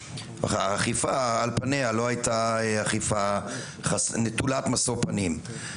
שהאכיפה על פניה לא הייתה אכיפה נטולת משוא פנים.